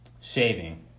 shaving